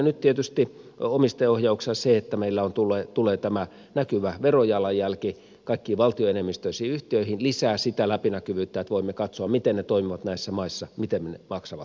nyt tietysti omistajaohjauksessa se että meillä tulee tämä näkyvä verojalanjälki kaikkiin valtioenemmistöisiin yhtiöihin lisää sitä läpinäkyvyyttä että voimme katsoa miten ne toimivat näissä maissa miten ne maksavat veronsa